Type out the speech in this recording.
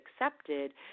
accepted